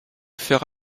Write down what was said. faire